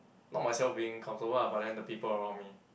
not myself being comfortable lah but then the people around me